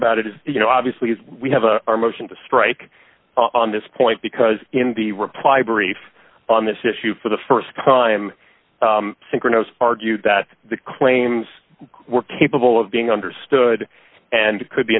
about it is you know obviously we have a our motion to strike on this point because in the reply brief on this issue for the st time synchronous argued that the claims were capable of being understood and could be